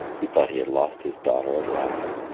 he thought he had lost his daughter at last.